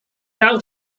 out